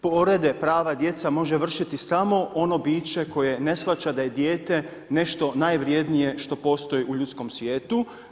Povrede prava djece može vršiti samo ono biće koje ne shvaća da je dijete nešto najvrijednije što postoji u ljudskom svijetu.